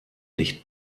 nicht